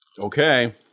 Okay